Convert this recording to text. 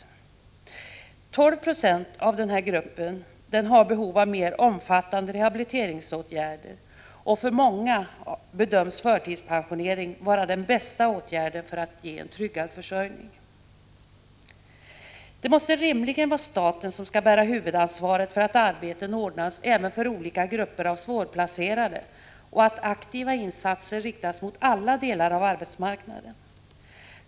12 2 iden här gruppen har behov av mer omfattande rehabiliteringsåtgärder, och för många bedöms förtidspensionering vara den bästa åtgärden för att ge en tryggad försörjning. Staten måste rimligen bära huvudansvaret för att arbeten ordnas även för olika grupper av svårplacerade och att aktiva insatser riktas mot alla delar av arbetsmarknaden.